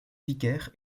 vicaire